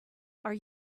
are